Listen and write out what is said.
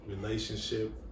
relationship